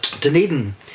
Dunedin